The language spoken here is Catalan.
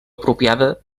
apropiada